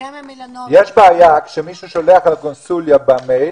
יש בעיה כשמישהו שולח לקונסוליה במייל,